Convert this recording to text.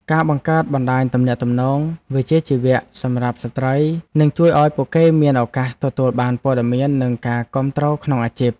ការបង្កើតបណ្តាញទំនាក់ទំនងវិជ្ជាជីវៈសម្រាប់ស្ត្រីនឹងជួយឱ្យពួកគេមានឱកាសទទួលបានព័ត៌មាននិងការគាំទ្រក្នុងអាជីព។